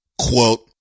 Quote